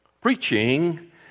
Preaching